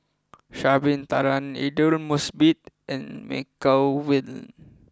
Sha'ari bin Tadin Aidli Mosbit and Michelle Lim